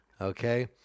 Okay